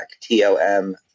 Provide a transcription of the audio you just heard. T-O-M